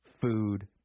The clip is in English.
food